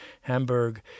Hamburg